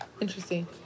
interesting